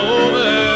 over